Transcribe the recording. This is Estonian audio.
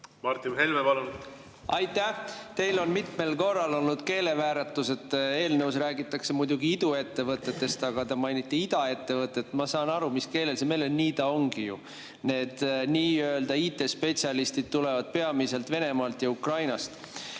Martin Helme, palun! Aitäh! Teil on mitmel korral olnud keelevääratus: eelnõus räägitakse muidugi iduettevõtetest, aga teie mainite idaettevõtteid. Ma saan aru: mis keelel, see meelel, nii ta ongi ju. Need nii-öelda IT‑spetsialistid tulevad peamiselt Venemaalt ja Ukrainast.